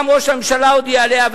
גם ראש הממשלה הודיע עליה,